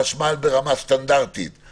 חשמל ברמה סטנדרטית,